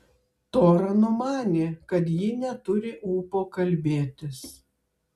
tora numanė kad ji neturi ūpo kalbėtis